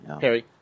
Harry